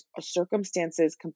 circumstances